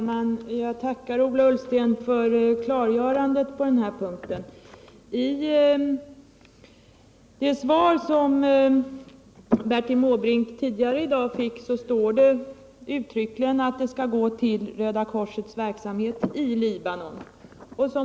Herr talman! Jag tackar Ola Ullsten för klargörandet på den här punkten. I det svar som Bertil Måbrink tidigare i dag fick står det uttryckligen att medlen skall gå till Röda korsets verksamhet i Libanon.